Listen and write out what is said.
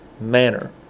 manner